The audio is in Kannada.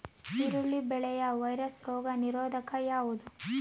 ಈರುಳ್ಳಿ ಬೆಳೆಯ ವೈರಸ್ ರೋಗ ನಿರೋಧಕ ಯಾವುದು?